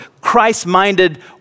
Christ-minded